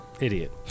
idiot